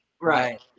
right